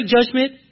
judgment